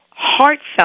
heartfelt